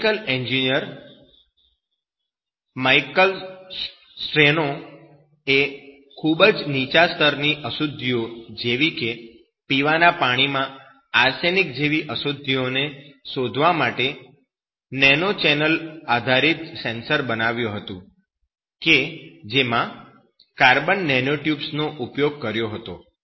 chemical engineer Michael Strano એ ખૂબ જ નીચા સ્તરની અશુદ્ધિઓ જેવી કે પીવાના પાણીમાં આર્સેનિક જેવી અશુદ્ધિ ને શોધવા માટે નેનોચેનલ આધારિત સેન્સર બનાવ્યું હતું કે જેમાં કાર્બન નેનોટ્યુબ્સ નો ઉપયોગ કર્યો હતો